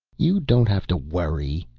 you don't have to worry,